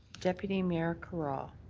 deputy mayor carra.